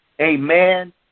Amen